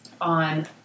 on